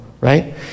right